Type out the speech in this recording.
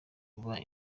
kuba